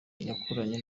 yakoranye